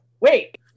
wait